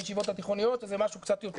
הישיבות התיכוניות שזה משהו קצת יותר,